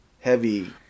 heavy